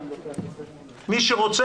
מי שרוצה